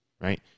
Right